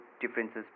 differences